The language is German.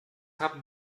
haben